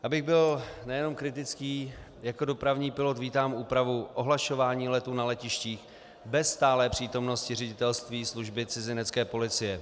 Abych byl nejenom kritický, jako dopravní pilot vítám úpravu ohlašování letů na letištích bez stálé přítomnosti ředitelství služby cizinecké policie.